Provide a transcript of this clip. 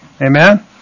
Amen